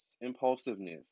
impulsiveness